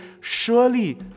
surely